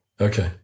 Okay